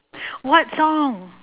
what song